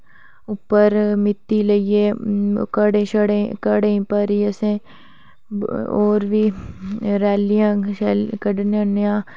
उप्पर मित्ती लेइयै घड़े घड़ें ई भरी असें होर बी रैलियां कड्ढने होन्ने आं